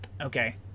Okay